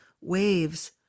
waves